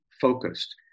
focused